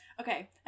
Okay